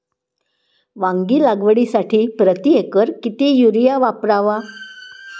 वांगी लागवडीसाठी प्रति एकर किती युरिया वापरावा?